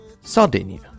Sardinia